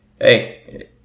hey